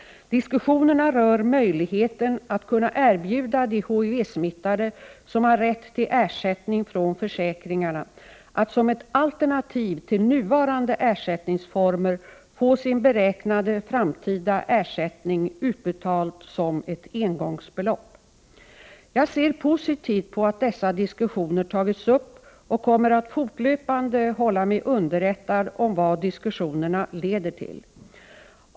Diskussionerna rör möjligheten att erbjuda de HIV-smittade, vilka har rätt till ersättning från försäkringarna, att som ett alternativ till nuvarande ersättningsnormer få sin beräknade framtida ersättning utbetalad som ett engångsbelopp. Jag ser positivt på att dessa diskussioner tagits upp och kommer att fortlöpande hålla mig underrättad om vad diskussionerna leder till.